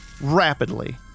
rapidly